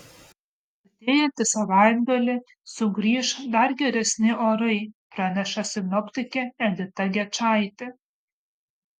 artėjantį savaitgalį sugrįš dar geresni orai praneša sinoptikė edita gečaitė